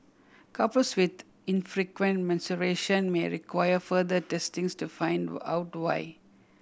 couples with infrequent menstruation may require further testings to find out why